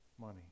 money